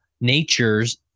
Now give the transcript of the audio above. natures